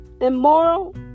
immoral